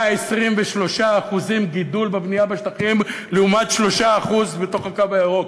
123% גידול בבנייה בשטחים לעומת 3% בתוך הקו הירוק.